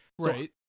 Right